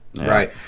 Right